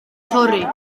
torri